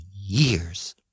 years